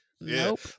Nope